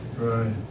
Right